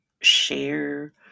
share